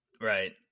Right